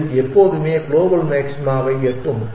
அது எப்போதுமே க்ளோபல் மாக்சிமாவை எட்டும்